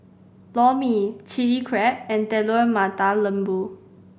Lor Mee Chili Crab and Telur Mata Lembu